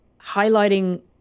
highlighting